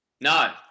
no